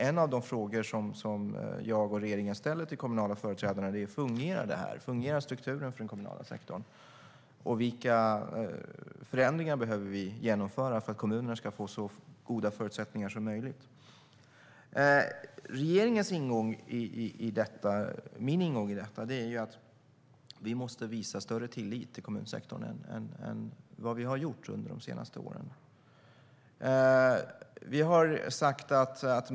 En av de frågor som jag och regeringen ställer till kommunala företrädare är: Fungerar detta? Fungerar strukturen för den kommunala sektorn? Vilka förändringar behöver vi genomföra för att kommunerna ska få så goda förutsättningar som möjligt? Regeringens och min ingång i detta är att vi måste visa större tillit till kommunsektorn än vad vi har gjort under de senaste åren.